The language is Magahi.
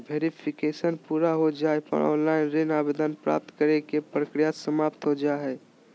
वेरिफिकेशन पूरा हो जाय पर ऑनलाइन ऋण आवेदन प्राप्त करे के प्रक्रिया समाप्त हो जा हय